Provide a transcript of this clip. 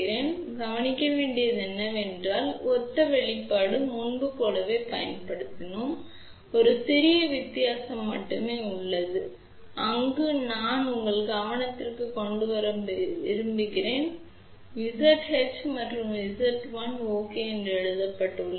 எனவே நீங்கள் இங்கே கவனிக்க வேண்டியது என்னவென்றால் இது ஒத்த வெளிப்பாடு நாங்கள் முன்பு போலவே பயன்படுத்தினோம் ஆனால் ஒரே ஒரு சிறிய வித்தியாசம் மட்டுமே உள்ளது அங்கு நான் உங்கள் கவனத்தை கொண்டு வர விரும்புகிறேன் நீங்கள் இங்கே பார்க்கிறீர்கள் இது Zh மற்றும் இது Zl ok என எழுதப்பட்டுள்ளது